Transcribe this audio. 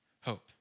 hope